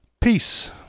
Peace